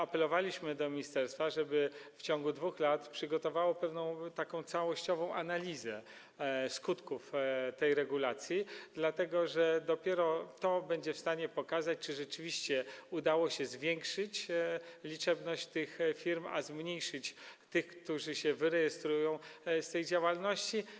My apelowaliśmy do ministerstwa, żeby w ciągu 2 lat przygotowało taką pewną całościową analizę skutków tej regulacji, dlatego że dopiero to będzie w stanie pokazać, czy rzeczywiście udało się zwiększyć liczebność tych firm, a zmniejszyć liczebność tych, którzy się wyrejestrują z tej działalności.